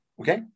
okay